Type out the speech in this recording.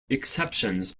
exceptions